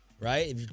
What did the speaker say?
right